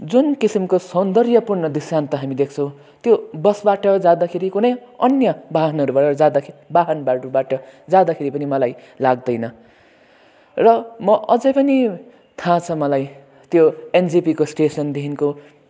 जुन किसिमको सौन्दर्यपूर्ण ढृष्टान्त हामी देख्छौँ त्यो बसबाट जाँदाखेरि कुनै अन्य वाहनहरू बाट जाँदाखेरि वाहनहरूबाट जाँदाखेरि पनि मलाई लाग्दैन र म अझै पनि थाहा छ मलाई त्यो एनजिपीको स्टेसनदेखिको